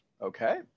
Okay